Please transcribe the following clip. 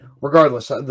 regardless